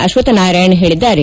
ಅಶ್ವತ್ಥನಾರಾಯಣ್ ಹೇಳಿದ್ದಾರೆ